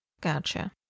Gotcha